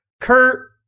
Kurt